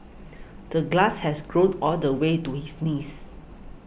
the glass has grown all the way to his knees